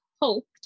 hoped